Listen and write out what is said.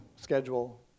schedule